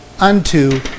unto